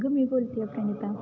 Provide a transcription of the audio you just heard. अगं मी बोलत आहे प्रणिता